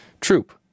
Troop